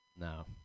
No